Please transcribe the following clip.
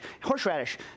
Horseradish